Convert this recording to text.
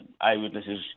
eyewitnesses